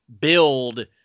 build